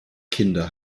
kinder